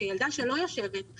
שהיא ילדה שלא מסוגלת לשבת,